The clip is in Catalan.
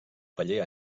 paller